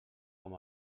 com